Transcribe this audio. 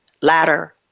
ladder